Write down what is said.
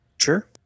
Sure